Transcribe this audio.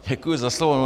Děkuji za slovo.